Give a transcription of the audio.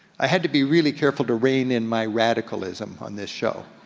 i had to be really careful to reign in my radicalism on this show.